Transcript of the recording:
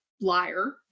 liar